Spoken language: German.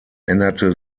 änderte